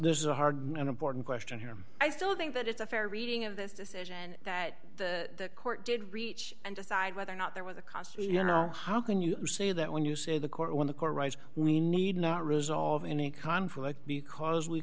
there's a hard and important question here i still think that it's a fair reading of this decision that the court did reach and decide whether or not there was a cost you know how can you say that when you say the court when the court we need not resolve any conflict because we